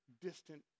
distant